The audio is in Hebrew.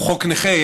הוא חוק נכה,